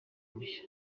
mushya